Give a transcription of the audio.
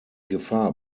gefahr